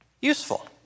useful